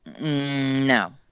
No